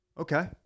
okay